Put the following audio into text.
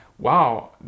wow